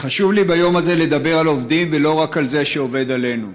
וחשוב לי ביום הזה לדבר על עובדים ולא רק על זה שעובד עלינו.